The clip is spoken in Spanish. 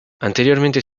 anteriormente